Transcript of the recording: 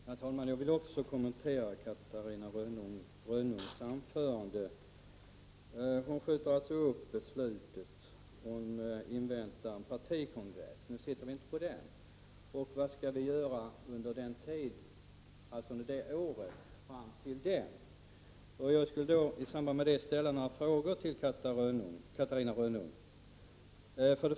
Herr talman! Även jag skall kommentera en del av vad Catarina Rönnung sade i sitt anförande. Catarina Rönnung vill alltså skjuta upp beslutet och invänta partikongressens ställningstagande. Nu sitter vi inte på den. Vad skall vi göra under året fram till dess? Låt mig ställa några frågor till Catarina Rönnung.